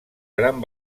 gran